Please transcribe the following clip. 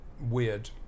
weird